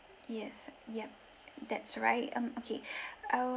yes ya that's right um okay I'll